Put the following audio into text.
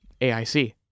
AIC